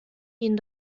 ihnen